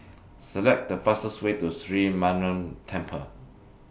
Select The fastest Way to Sri Mariamman Temple